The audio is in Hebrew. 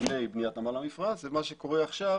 לפני בניית נמל המפרץ ומה שקורה עכשיו